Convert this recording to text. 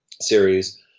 series